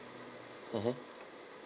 mmhmm